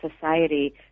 society